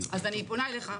אז אני פונה אליך,